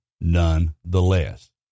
nonetheless